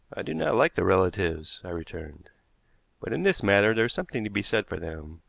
i do not like the relatives, i returned but in this matter there is something to be said for them.